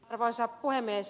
arvoisa puhemies